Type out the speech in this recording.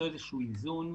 למצוא איזשהו איזון,